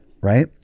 right